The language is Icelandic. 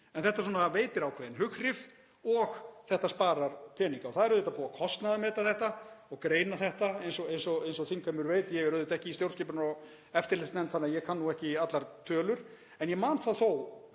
en þetta veitir ákveðin hughrif og þetta sparar peninga og það er auðvitað búið að kostnaðarmeta þetta og greina þetta eins og eins og þingheimur veit. Ég er auðvitað ekki í stjórnskipunar- og eftirlitsnefnd þannig að ég kann ekki allar tölur en ég man þó